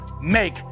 make